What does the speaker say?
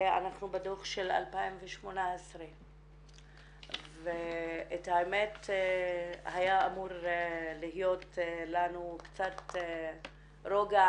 ואנחנו בדוח של 2018. את האמת היה אמור להיות לנו קצת רוגע